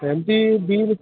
ସେମିତି ବିନ୍